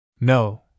No